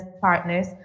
partners